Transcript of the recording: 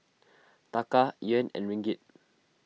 Taka Yuan and Ringgit